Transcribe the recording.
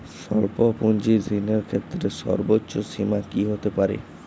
স্বল্প পুঁজির ঋণের ক্ষেত্রে সর্ব্বোচ্চ সীমা কী হতে পারে?